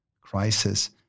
crisis